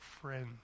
friend